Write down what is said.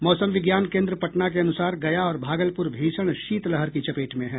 मौसम विज्ञान केन्द्र पटना के अनुसार गया और भागलपुर भीषण शीतलहर की चपेट में है